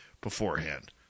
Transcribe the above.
beforehand